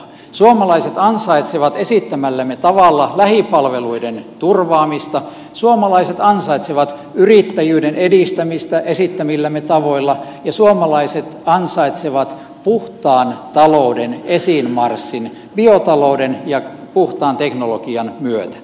suomalaiset ansaitsevat esittämällämme tavalla lähipalveluiden turvaamista suomalaiset ansaitsevat yrittäjyyden edistämistä esittämillämme tavoilla ja suomalaiset ansaitsevat puhtaan talouden esiinmarssin biotalouden ja puhtaan teknologian myötä